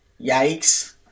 yikes